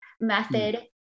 method